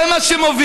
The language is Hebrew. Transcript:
זה מה שמוביל,